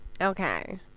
okay